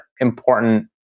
important